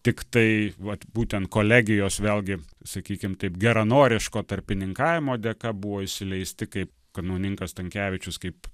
tiktai vat būtent kolegijos vėlgi sakykim taip geranoriško tarpininkavimo dėka buvo įsileisti kaip kanauninkas stankevičius kaip